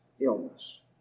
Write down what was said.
illness